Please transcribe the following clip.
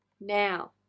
now